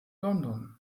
london